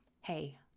Hey